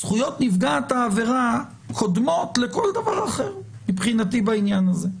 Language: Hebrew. זכויות נפגעת העבירה קודמות לכל דבר אחר מבחינתי בעניין הזה.